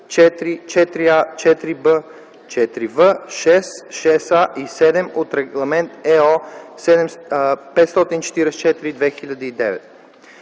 4, 4а, 4б, 4в, 6, 6а и 7 от Регламент (ЕО) № 544/2009.